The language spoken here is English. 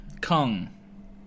Kong